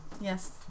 Yes